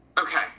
Okay